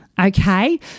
okay